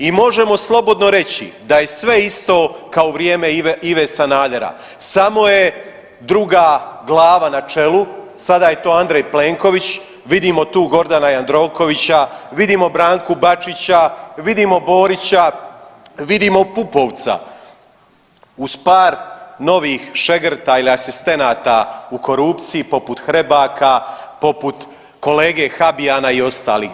I možemo slobodno reći da je sve isto kao u vrijeme Ive Sanadera, samo je druga glava na čelu, sada je to Andrej Plenković, vidimo tu Gordana Jandrokovića, vidimo Branku Bačića, vidimo Borića, vidimo Pupovca uz par novih šegrta ili asistenata u korupciji poput Hrebaka, poput kolege Habijana i ostalih.